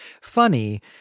funny